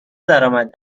درآمد